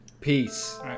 peace